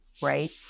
right